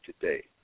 today